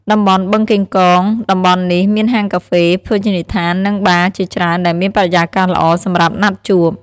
តំបន់បឹងកេងកង (BKK) តំបន់នេះមានហាងកាហ្វេ ភោជនីយដ្ឋាន និងបារជាច្រើនដែលមានបរិយាកាសល្អសម្រាប់ណាត់ជួប។